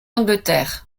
angleterre